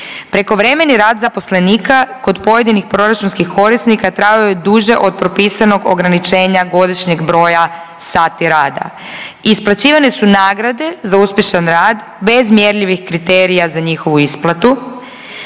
prekovremeni rad zaposlenika kod pojedinih proračunskih korisnika trajao je duže od propisanog ograničenja godišnjeg broja sati rada, isplaćivane su nagrade za uspješan rad bez mjerljivih kriterija za njihovu isplatu.